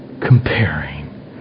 comparing